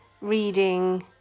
reading